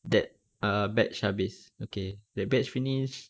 that uh batch habis okay that batch finish